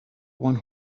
one